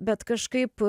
bet kažkaip